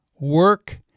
work